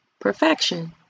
Perfection